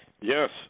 Yes